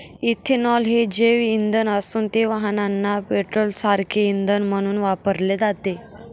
ethanol हे जैवइंधन असून ते वाहनांना पेट्रोलसारखे इंधन म्हणून वापरले जाते